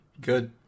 Good